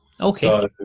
okay